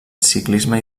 ciclisme